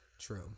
True